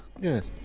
Yes